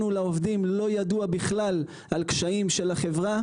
לנו לעובדים לא ידוע בכלל על קשיים של החברה.